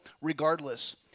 Regardless